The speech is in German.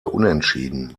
unentschieden